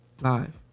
Live